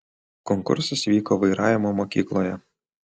konkursas vyko vairavimo mokykloje